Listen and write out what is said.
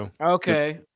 Okay